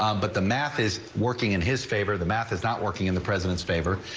um but the math is working in his favor the math is not working in the president's favor.